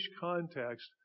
context